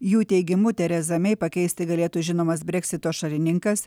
jų teigimu terezą mei pakeisti galėtų žinomas breksito šalininkas